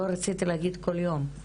לא רציתי להגיד כל יום,